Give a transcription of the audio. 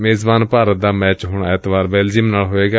ਮੇਜ਼ਬਾਨ ਭਾਰਤ ਦਾ ਮੈਚ ਹੁਣ ਐਤਵਾਰ ਬੈਲਜੀਅਮ ਨਾਲ ਹੋਵੇਗਾ